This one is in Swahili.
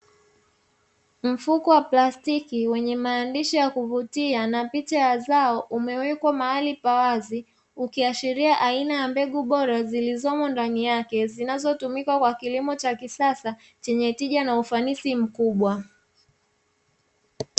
Mfuko wa plastiki wenye maandishi ya kuvutia na picha ya zao umeweka mahali pawazi, ukiashiria aina ya mbegu bora zilizomo ndani yake, zinazotumika kwa kilimo cha kisasa chenye tija na ufanisi mkubwa.